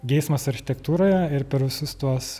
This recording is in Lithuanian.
geismas architektūroje ir per visus tuos